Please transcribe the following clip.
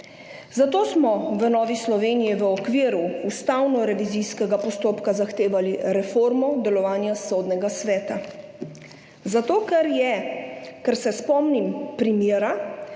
Zato smo v Novi Sloveniji v okviru ustavnorevizijskega postopka zahtevali reformo delovanja Sodnega sveta. Spomnim se primera,